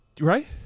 Right